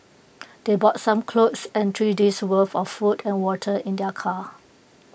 they brought some clothes and three days' worth of food and water in their car